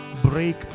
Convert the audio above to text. Break